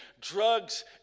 Drugs